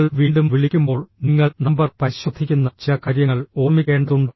നിങ്ങൾ വീണ്ടും വിളിക്കുമ്പോൾ നിങ്ങൾ നമ്പർ പരിശോധിക്കുന്ന ചില കാര്യങ്ങൾ ഓർമ്മിക്കേണ്ടതുണ്ട്